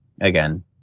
again